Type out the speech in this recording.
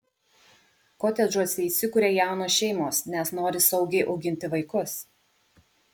kotedžuose įsikuria jaunos šeimos nes nori saugiai auginti vaikus